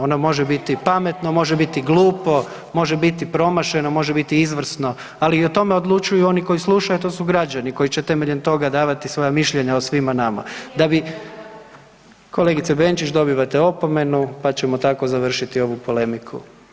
Ono može biti pametno, može biti glupo, može biti promašeno, može biti izvrsno, ali o tome odlučuju oni koji slušaju, a to su građani koji će temeljem toga davati svoja mišljenja o svima nama da bi … [[Upadica iz klupe se ne razumije]] Kolegice Benčić, dobivate opomenu, pa ćemo tako završiti ovu polemiku.